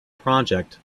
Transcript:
project